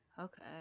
Okay